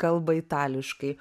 kalba itališkai